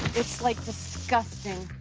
it's, like, disgusting.